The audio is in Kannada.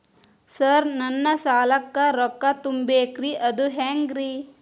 ಸರ್ ನನ್ನ ಸಾಲಕ್ಕ ರೊಕ್ಕ ತುಂಬೇಕ್ರಿ ಅದು ಹೆಂಗ್ರಿ?